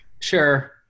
Sure